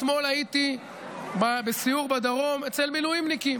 אתמול הייתי בסיור בדרום אצל מילואימניקים.